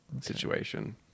situation